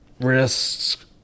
wrists